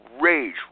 rage